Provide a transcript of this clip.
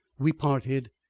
we parted,